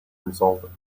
insolvent